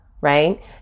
Right